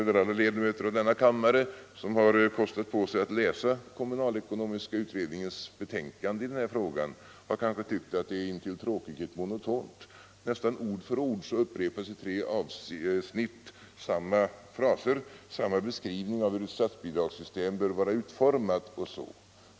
De ledamöter av denna kammare som har kostat på sig att läsa kommunalekonomiska utredningens betänkande i denna fråga har kanske tyckt att det är intill tråkighet monotont. Nästan ord för ord upprepas i tre avsnitt i samma fraser en beskrivning av hur ett statsbidragssystem bör vara utformat.